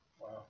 Wow